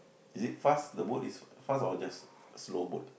is it fast the boat is fast or just slow boat